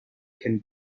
can